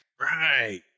Right